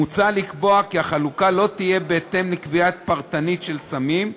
מוצע לקבוע כי החלוקה לא תהיה בהתאם לקביעה פרטנית של סמים,